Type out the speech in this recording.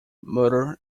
murder